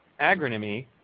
agronomy